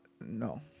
no